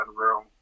room